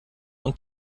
und